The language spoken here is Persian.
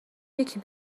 یکی